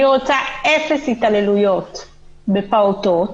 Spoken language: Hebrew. אני רוצה אפס התעללויות בפעוטות,